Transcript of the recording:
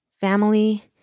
family